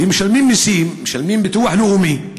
הם משלמים מיסים, משלמים ביטוח לאומי.